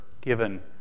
given